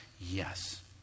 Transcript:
yes